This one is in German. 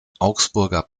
augsburger